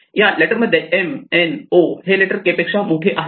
या लेटर मध्ये M N O हे लेटर K पेक्षा मोठे आहेत